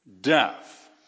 death